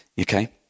Okay